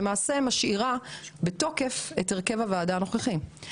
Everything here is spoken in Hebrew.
היא בעצם משאירה בתוקף את הרכב הוועדה הנוכחי.